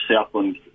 Southland